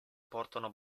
portano